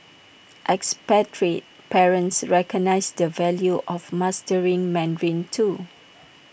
expatriate parents recognise the value of mastering Mandarin too